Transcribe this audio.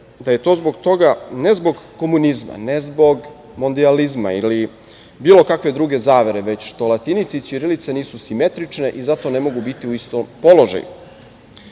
da je to zbog toga, ne zbog komunizma, ne zbog mondijalizma ili bilo kakve druge zavere, već što latinica i ćirilica nisu simetrične i zato ne mogu biti u istom položaju. Argument